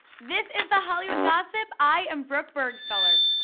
this is the hollywood gossip. i am brooke burgstahler!